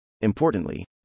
Importantly